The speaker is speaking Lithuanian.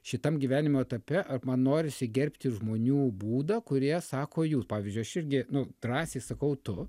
šitam gyvenimo etape ar man norisi gerbti žmonių būdą kurie sako jūs pavyzdžiui aš irgi nu drąsiai sakau tu